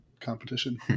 competition